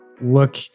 look